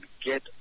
get